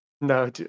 No